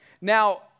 Now